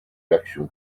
l’action